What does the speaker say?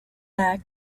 act